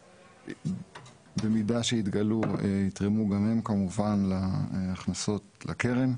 שבמידה שיתגלו, יתרמו גם הם להכנסות לקרן,